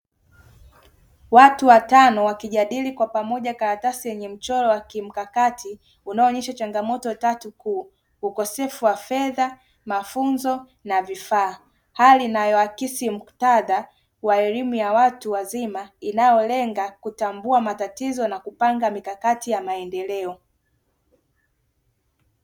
Watu watano wakijadili kwa pamoja karatasi yenye mchoro wa kimkakati unaoonyesha changamoto tatu kuu; ukosefu wa fedha, mafunzo na vifaa. Hali inayoakisi muktadha wa elimu ya watu wazima inayolenga kutambua matatizo na kupanga mikakati ya maendeleo.